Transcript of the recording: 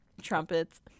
trumpets